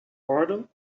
pardon